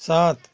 सात